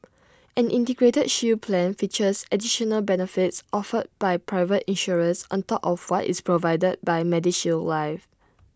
an integrated shield plan features additional benefits offered by private insurers on top of what is provided by medishield life